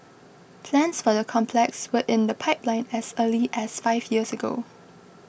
plans for the complex were in the pipeline as early as five years ago